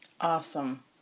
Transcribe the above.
awesome